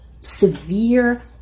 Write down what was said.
severe